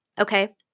okay